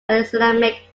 islamic